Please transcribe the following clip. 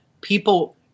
people